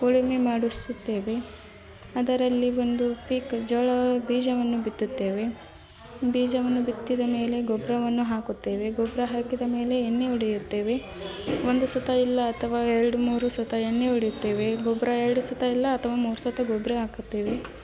ಉಳುಮೆ ಮಾಡಿಸುತ್ತೇವೆ ಅದರಲ್ಲಿ ಒಂದು ಪೀಕು ಜೋಳ ಬೀಜವನ್ನು ಬಿತ್ತುತ್ತೇವೆ ಬೀಜವನ್ನು ಬಿತ್ತಿದ ಮೇಲೆ ಗೊಬ್ಬರವನ್ನು ಹಾಕುತ್ತೇವೆ ಗೊಬ್ಬರ ಹಾಕಿದ ಮೇಲೆ ಎಣ್ಣೆ ಹೊಡೆಯುತ್ತೇವೆ ಒಂದು ಸುತ ಇಲ್ಲ ಅಥವಾ ಎರಡು ಮೂರು ಸುತ ಎಣ್ಣೆ ಹೊಡೆಯುತ್ತೇವೆ ಗೊಬ್ಬರ ಎರಡು ಸುತ ಇಲ್ಲ ಅಥವಾ ಮೂರು ಸುತ ಗೊಬ್ಬರ ಹಾಕುತ್ತೇವೆ